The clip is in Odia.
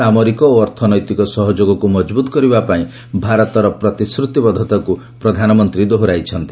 ସାମରିକ ଓ ଅର୍ଥନୈତିକ ସହଯୋଗକୁ ମଜବୁତ କରିବା ପାଇଁ ଭାରତର ପ୍ରତିଶ୍ରତିବଦ୍ଧତାକୁ ପ୍ରଧାନମନ୍ତ୍ରୀ ଦୋହରାଇଛନ୍ତି